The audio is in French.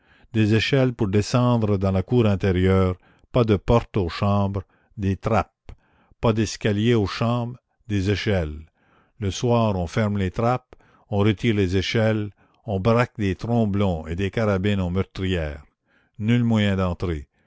des échelles pour descendre dans la cour intérieure pas de portes aux chambres des trappes pas d'escaliers aux chambres des échelles le soir on ferme les trappes on retire les échelles on braque des tromblons et des carabines aux meurtrières nul moyen d'entrer